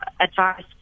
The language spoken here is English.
advice